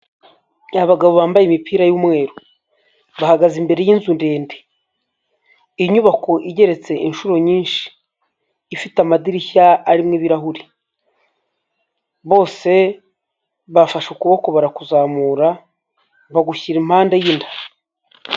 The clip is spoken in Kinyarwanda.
Abagabo bambaye imipira y'umweru bahagaze imbere yinzu ndende, inyubako igeretse inshuro nyinshi ifite amadirishya arimo ibirahure, bose bafashe ukuboko barakuzamura bagushyira impande y'inda.